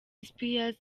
spears